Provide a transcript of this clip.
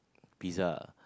pizza